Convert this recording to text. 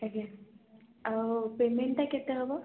ଆଜ୍ଞା ଆଉ ପେମେଣ୍ଟଟା କେତେ ହେବ